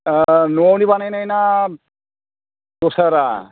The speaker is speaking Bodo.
न'नि बानायनाय ना दस्रा रा